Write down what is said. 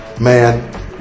Man